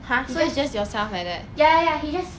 it's just ya ya he just